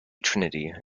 trinity